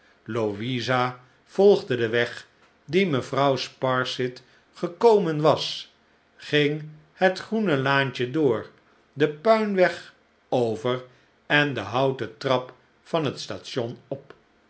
louisa volgde den weg dien mevrouw sparsit gekomen was ging het groene laantje door den puinweg over en de houten trap van het station op